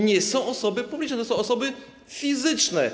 Nie są to osoby publiczne, to są osoby fizyczne.